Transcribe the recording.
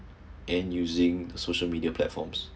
end using the social media platforms